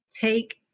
take